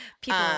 people